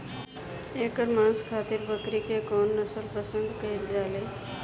एकर मांस खातिर बकरी के कौन नस्ल पसंद कईल जाले?